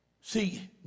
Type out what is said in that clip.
See